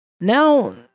Now